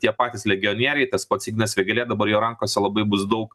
tie patys legionieriai tas pats ignas vėgėlė dabar jo rankose labai bus daug